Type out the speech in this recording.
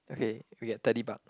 okay we get thirty buck